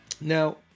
Now